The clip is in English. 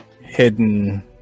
hidden